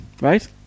right